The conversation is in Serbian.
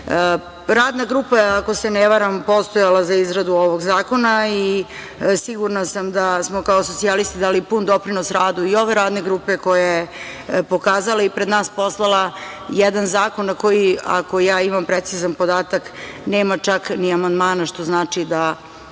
grupa, ako se ne varam, je postojala za izradu ovog zakona i sigurna sam da smo kao socijalisti dali pun doprinos radu i ove radne grupe koja je pokazala i pred nas poslala jedan zakon na koji, ako ja imam precizan podatak, nema čak ni amandmana, što znači da